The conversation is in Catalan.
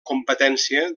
competència